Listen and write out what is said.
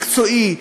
מקצועי,